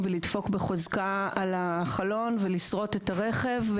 לדפוק בחוזקה על החלון ולשרוט את הרכב.